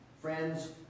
Friends